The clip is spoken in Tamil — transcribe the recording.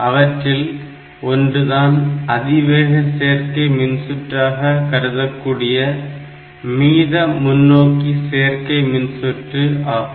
அவற்றில் ஒன்றுதான் அதிவேக சேர்க்கை மின்சுற்றாக கருதப்படக்கூடிய மீத முன்னோக்கி சேர்க்கை மின்சுற்று ஆகும்